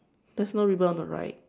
there's no ribbon on the right